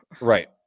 Right